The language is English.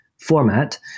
format